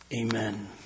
amen